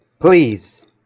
Please